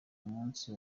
munsi